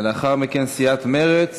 ולאחר מכן, סיעת מרצ.